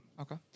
Okay